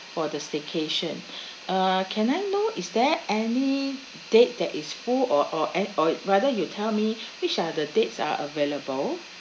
for the staycation uh can I know is there any date that is full or or any or rather you tell me which are the dates are available